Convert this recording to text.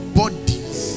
bodies